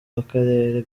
w’akarere